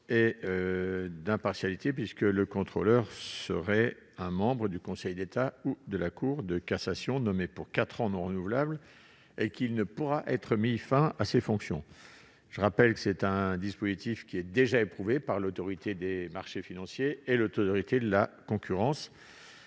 et d'impartialité : le contrôleur sera un membre du Conseil d'État ou de la Cour de cassation nommé pour quatre ans non renouvelable, et il ne pourra être mis fin à ses fonctions. Il s'agit d'un dispositif déjà éprouvé, qui existe pour l'Autorité des marchés financiers et l'Autorité de la concurrence.